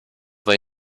lay